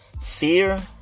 fear